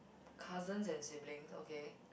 cousins and sibling okay